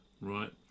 right